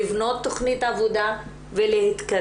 לבנות תכנית עבודה ולהתקדם.